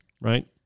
right